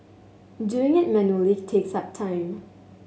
doing it manually takes up time